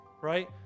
right